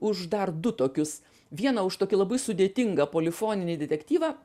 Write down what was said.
už dar du tokius vieną už tokį labai sudėtingą polifoninį detektyvą